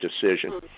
decision